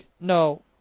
No